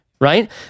right